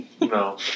No